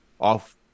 off